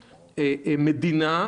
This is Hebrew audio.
מדינה,